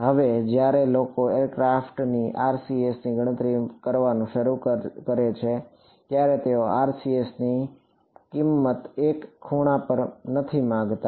હવે જ્યારે લોકો એરક્રાફ્ટની RCS ની ગણતરી કરવાનું શરૂ કરે છે ત્યારે તેઓ RCS ની કિંમત એક ખૂણા પર નથી માંગતા